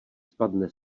spadne